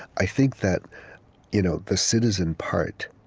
i think that you know the citizen part